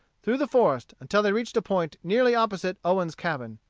through the forest, until they reached a point nearly opposite owen's cabin.